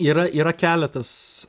yra yra keletas